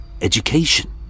education